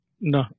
No